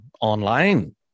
online